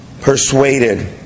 persuaded